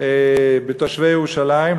כלפי תושבי ירושלים.